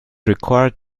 required